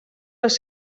les